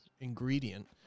ingredient